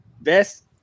best